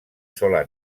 sola